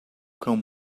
cão